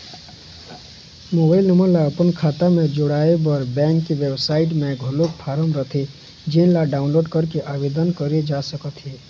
mobile number ल अपन खाता म जोड़वाए बर बेंक के बेबसाइट म घलोक फारम रहिथे जेन ल डाउनलोड करके आबेदन करे जा सकत हे